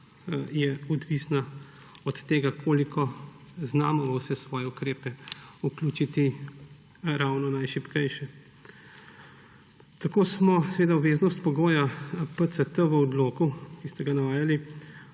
je odvisna od tega, koliko znamo v vse svoje ukrepe vključiti ravno najšibkejše. Tako smo obveznost pogoja PCT v odloku, ki ste ga navajali,